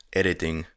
editing